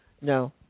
No